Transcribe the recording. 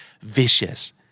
Vicious